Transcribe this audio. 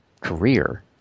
career